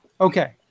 Okay